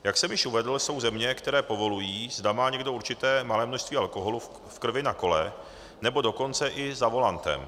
Jak jsem již uvedl, jsou země, které povolují, zda má někdo určité malé množství alkoholu v krvi na kole, nebo dokonce i za volantem.